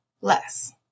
less